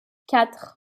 quatre